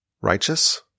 righteous